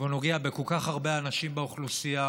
ונוגע לכל כך הרבה אנשים באוכלוסייה.